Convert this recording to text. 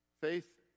Faith